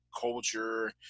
culture